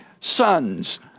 sons